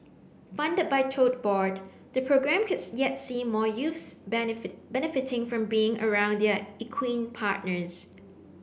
funded by Tote Board the programme could yet see more youths benefit benefiting from being around their equine partners